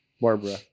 Barbara